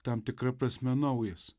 tam tikra prasme naujas